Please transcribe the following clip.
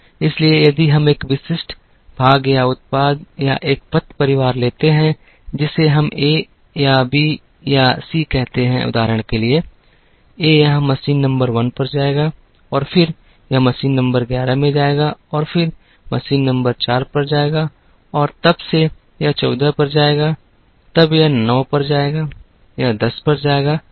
इसलिए यदि हम एक विशिष्ट भाग या उत्पाद या एक पथ परिवार लेते हैं जिसे हम A या B या C कहते हैं उदाहरण के लिए A यहाँ मशीन नंबर 1 पर जाएगा और फिर यह मशीन नंबर 11 में जाएगा और फिर मशीन नंबर 4 पर जाएगा और तब से यह 14 पर जाएगा तब यह 9 पर जाएगा यह 10 पर जाएगा और फिर यह बाहर आएगा